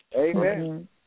Amen